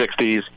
60s